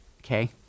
okay